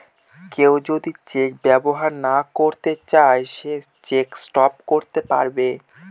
কেউ যদি চেক ব্যবহার না করতে চাই সে চেক স্টপ করতে পারবে